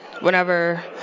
whenever